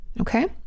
Okay